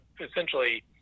essentially